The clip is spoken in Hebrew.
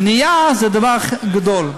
מניעה זה דבר גדול.